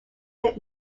yet